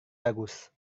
bagus